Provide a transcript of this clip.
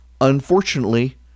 unfortunately